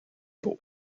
beaux